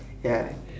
ya